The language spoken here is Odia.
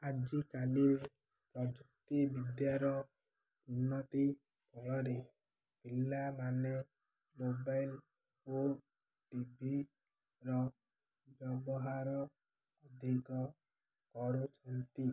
ଆଜିକାଲି ପ୍ରଯୁକ୍ତିବିିଦ୍ୟାର ଉନ୍ନତି ଫଳରେ ପିଲାମାନେ ମୋବାଇଲ୍ ଓ ଟିଭିର ବ୍ୟବହାର ଅଧିକ କରୁଛନ୍ତି